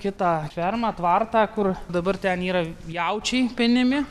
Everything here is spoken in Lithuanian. kitą fermą tvartą kur dabar ten yra jaučiai penimi